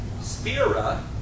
Spira